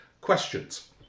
questions